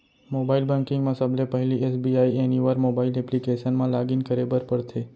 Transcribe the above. mobile banking म सबले पहिली एस.बी.आई एनिवर मोबाइल एप्लीकेसन म लॉगिन करे बर परथे